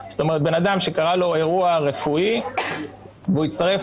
זאת אומרת בן אדם שקרה לו אירוע רפואי והוא הצטרף